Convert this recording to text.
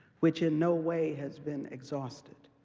which in no way has been exhausted.